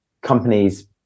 companies